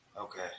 Okay